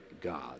God